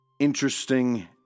interesting